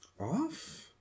Off